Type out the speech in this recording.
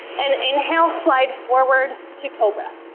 and inhale, slide forward to cobra.